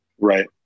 Right